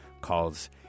calls